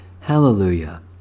Hallelujah